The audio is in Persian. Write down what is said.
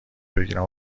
بگیرم